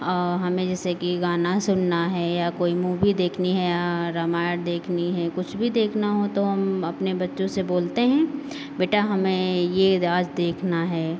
और हमें जैसे कि गाना सुनना है या कोई मूवी देखनी है या रामायण देखनी है कुछ भी देखना हो तो हम अपने बच्चों से बोलते हैं बेटा हमें ये आज देखना है